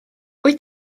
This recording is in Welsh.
wyt